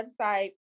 website